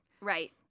Right